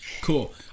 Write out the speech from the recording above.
Cool